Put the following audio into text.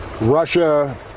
Russia